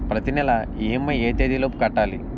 ప్రతినెల ఇ.ఎం.ఐ ఎ తేదీ లోపు కట్టాలి?